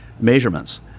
measurements